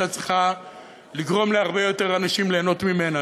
הייתה צריכה לגרום להרבה יותר אנשים ליהנות ממנה.